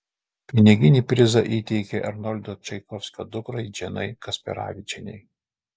piniginį prizą įteikė arnoldo čaikovskio dukrai džinai kasperavičienei